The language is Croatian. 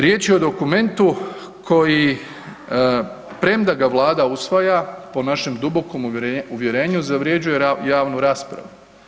Riječ je o dokumentu koji premda ga Vlada usvaja, po našem dubokom uvjerenju zavrjeđuje javnu raspravu.